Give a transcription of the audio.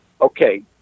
Okay